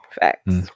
Facts